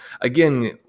again